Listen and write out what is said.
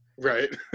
Right